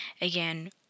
again